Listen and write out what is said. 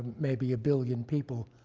maybe a billion people,